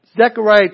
Zechariah